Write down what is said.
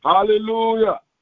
Hallelujah